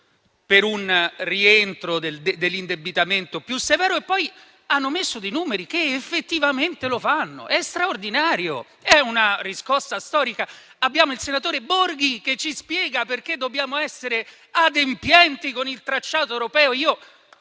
per un rientro dell'indebitamento più severo e poi abbiano fissato dei numeri che effettivamente lo fanno? È straordinario, è una riscossa storica! Abbiamo il senatore Borghi Claudio che ci spiega perché dobbiamo essere adempienti con il tracciato europeo.